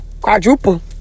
quadruple